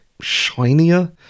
shinier